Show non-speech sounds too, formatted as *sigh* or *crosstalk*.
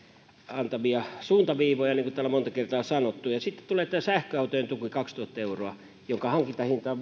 antamia suuntaviivoja niin kuin täällä on monta kertaa sanottu ja sitten tulee tämä sähköautojen tuki kaksituhatta euroa kun hankintahinta on *unintelligible*